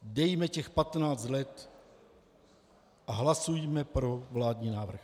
Dejme jí těch patnáct let a hlasujme pro vládní návrh.